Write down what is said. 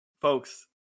folks